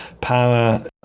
power